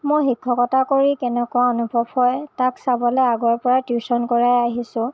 মোৰ শিক্ষকতা কৰি কেনেকুৱা অনুভৱ হয় তাক চাবলৈ আগৰপৰাই টিউচন কৰাই আহিছোঁ